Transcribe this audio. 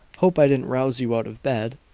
hope i didn't rouse you out of bed.